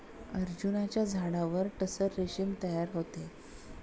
अर्जुनाच्या झाडावर टसर रेशीम तयार होते